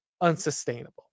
unsustainable